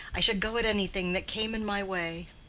i should go at anything that came in my way.